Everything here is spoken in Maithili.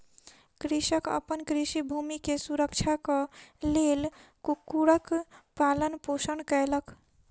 कृषक अपन कृषि भूमि के सुरक्षाक लेल कुक्कुरक पालन पोषण कयलक